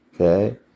okay